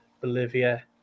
bolivia